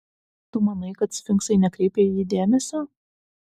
tu manai kad sfinksai nekreipia į jį dėmesio